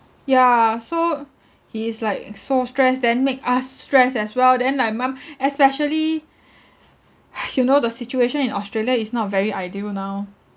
yeah so he is like so stressed then make us stressed as well then my mum especially you know the situation in australia is not very ideal now